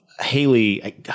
Haley